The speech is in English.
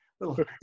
little